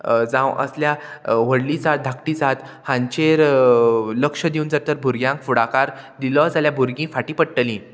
जावं असल्या व्हडली जात धाकटी जात हांचेर लक्ष दिवन जर तर भुरग्यांक फुडाकार दिलो जाल्यार भुरगीं फाटीं पडटलीं